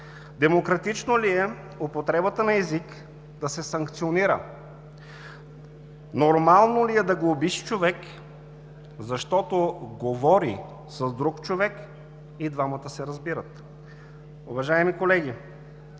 Демократично ли е употребата на език да се санкционира? Нормално ли е да глобиш човек, защото говори с друг човек и двамата се разбират?